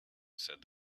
said